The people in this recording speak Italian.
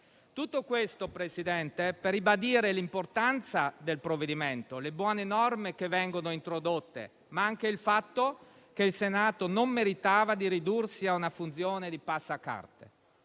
Tutto questo, signor Presidente, serve a ribadire l'importanza del provvedimento, le buone norme che vengono introdotte, ma anche il fatto che il Senato non meritava di ridursi a una funzione di passacarte.